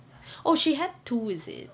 oh she had two is it